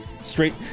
straight